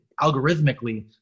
algorithmically